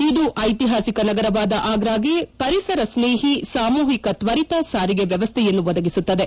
ಇದು ಐತಿಹಾಸಿಕ ನಗರವಾದ ಆಗ್ರಾಗೆ ಪರಿಸರ ಸೈೕಹಿ ಸಾಮೂಹಿಕ ತ್ತರಿತ ಸಾರಿಗೆ ವ್ವವಸ್ಥೆಯನ್ನು ಒದಗಿಸುತ್ತದೆ